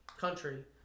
country